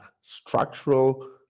structural